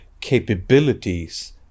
capabilities